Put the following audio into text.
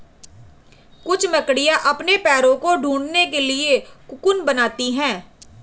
कुछ मकड़ियाँ अपने पैरों को ढकने के लिए कोकून बनाती हैं